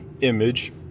image